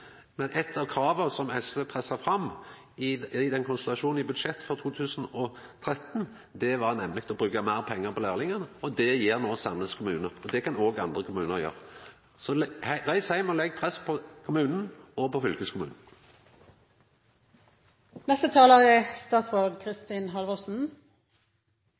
Men eitt av krava som SV pressa fram i den konstellasjonen i budsjettet for 2013, var nemleg å bruka meir pengar på lærlingar. Det gjer no Sandnes kommune, og det kan òg andre kommunar gjera. Så reis heim og legg press på kommunen og på